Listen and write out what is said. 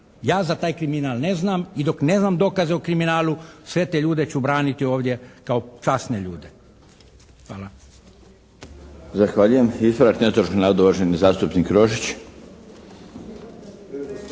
Ja za taj kriminal ne znam i dok nemam dokaze o kriminalu sve te ljude ću braniti ovdje kao časne ljude. Hvala.